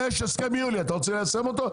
יש הסכם יולי, אתה רוצה ליישם אותו?